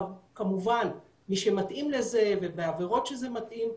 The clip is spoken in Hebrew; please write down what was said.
כמובן מי שמתאים לזה ובעבירות שזה מתאים,